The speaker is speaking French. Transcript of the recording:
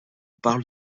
parle